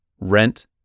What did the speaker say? Rent